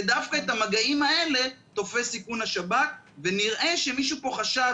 דווקא את המגעים האלה תופס איכון השב"כ ונראה שמישהו פה חשב